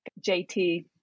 JT